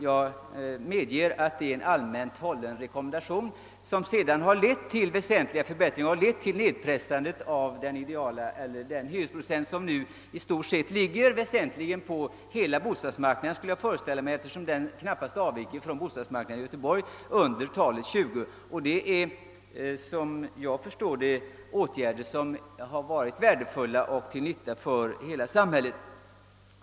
Jag medger att det är en allmänt hållen rekommendation som har lett till väsentliga förbättringar och nedpressning av hyresprocenten till något under talet 20. Jag utgår ifrån att hyresnivån i stort inte avviker från vad som gäller i Göteborg. Som jag förstår det, har åtgärderna varit värdefulla och till nytta för hela samhället.